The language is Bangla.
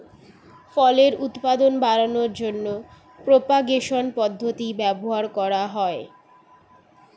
ফলের উৎপাদন বাড়ানোর জন্য প্রোপাগেশন পদ্ধতি ব্যবহার করা হয়